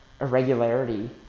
irregularity